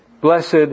Blessed